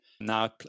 Now